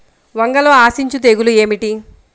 వంగలో ఆశించు తెగులు ఏమిటి?